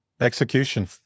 execution